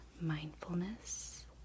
mindfulness